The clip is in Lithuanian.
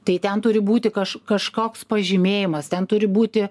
tai ten turi būti kaž kažkoks pažymėjimas ten turi būti